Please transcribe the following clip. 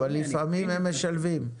אבל לפעמים הם משלבים.